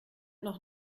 noch